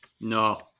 No